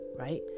right